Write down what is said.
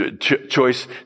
choice